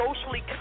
socially